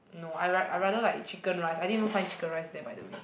no I ra~ I rather like chicken rice I didn't even find chicken rice there by the way